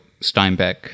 Steinbeck